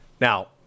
Now